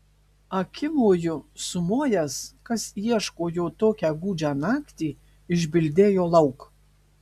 akimoju sumojęs kas ieško jo tokią gūdžią naktį išbildėjo lauk